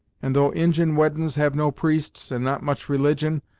and, though injin weddin's have no priests and not much religion,